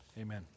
Amen